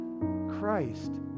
Christ